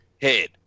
head